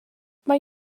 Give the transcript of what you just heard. mae